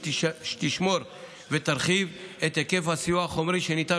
שתשמור ותרחיב את היקף הסיוע החומרי שניתן